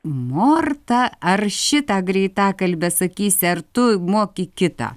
morta ar šitą greitakalbę sakysi ar tu moki kitą